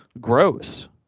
gross